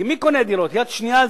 כי מי קונה דירות יד שנייה?